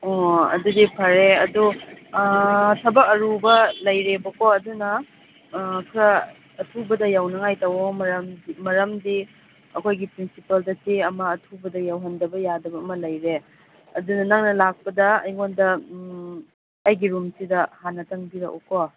ꯑꯣ ꯑꯗꯨꯗꯤ ꯐꯔꯦ ꯑꯗꯨ ꯊꯕꯛ ꯑꯔꯨꯕ ꯂꯩꯔꯦꯕꯀꯣ ꯑꯗꯨꯅ ꯈꯔ ꯑꯊꯨꯕꯗ ꯌꯧꯅꯤꯡꯉꯥꯏ ꯇꯧꯋꯣ ꯃꯔꯝꯗꯤ ꯑꯩꯈꯣꯏꯒꯤ ꯄ꯭ꯔꯤꯟꯁꯤꯄꯥꯜꯗ ꯆꯦ ꯑꯃ ꯑꯊꯨꯕꯗ ꯌꯧꯍꯟꯗꯕ ꯌꯥꯗꯕ ꯑꯃ ꯂꯩꯔꯦ ꯑꯗꯨꯅ ꯅꯪꯅ ꯂꯥꯛꯄꯗ ꯑꯩꯉꯣꯟꯗ ꯑꯩꯒꯤ ꯔꯨꯝꯁꯤꯗ ꯍꯥꯟꯅ ꯆꯪꯕꯤꯔꯛꯎꯀꯣ